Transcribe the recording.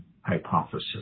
hypothesis